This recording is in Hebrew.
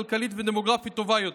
כלכלית ודמוגרפית טובה יותר.